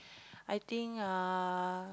I think err